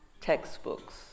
textbooks